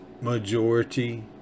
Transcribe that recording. majority